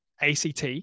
ACT